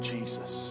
Jesus